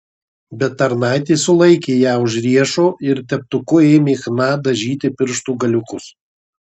bet tarnaitė sulaikė ją už riešo ir teptuku ėmė chna dažyti pirštų galiukus